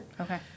Okay